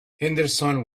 henderson